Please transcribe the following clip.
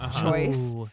choice